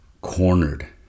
cornered